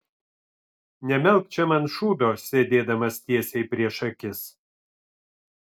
nemalk čia man šūdo sėdėdamas tiesiai prieš akis